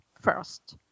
first